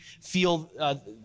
feel